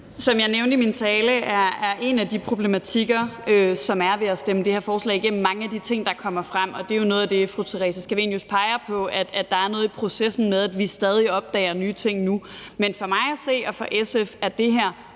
Som jeg nævnte i min tale, er en af de problematikker, som der er ved at stemme det forslag igennem, mange af de ting, der kommer frem, og det er jo noget af det, fru Theresa Scavenius peger på. Der er noget i processen med, at vi stadig opdager nye ting nu, men for mig og for SF at se er